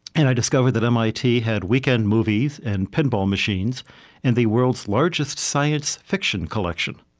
and i discovered that mit had weekend movies and pinball machines and the world's largest science fiction collection.